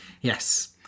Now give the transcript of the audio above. Yes